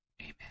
Amen